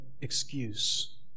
excuse